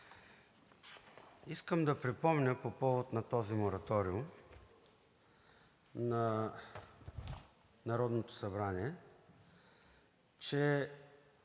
Искам да припомня по повод мораториума на Народното събрание, че